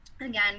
again